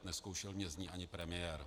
Nezkoušel mě z ní ani premiér.